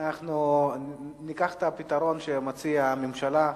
אנחנו ניקח את הפתרון שמציעה הממשלה,